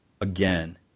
again